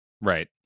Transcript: right